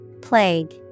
Plague